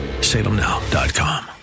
salemnow.com